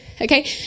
Okay